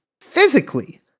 physically